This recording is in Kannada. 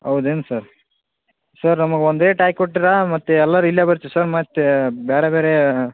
ಹೌದೇನ್ ಸರ್ ಸರ್ ನಮಗೊಂದು ರೇಟ್ ಹಾಕಿ ಕೊಟ್ರೆ ಮತ್ತೆ ಎಲ್ಲರು ಇಲ್ಲೇ ಬರ್ತೀವಿ ಸರ್ ಮತ್ತೇ ಬೇರೆ ಬೇರೇ